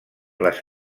les